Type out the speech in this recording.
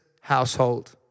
household